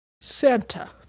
Santa